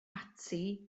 ati